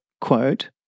quote